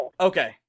Okay